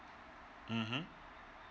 mm